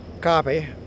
copy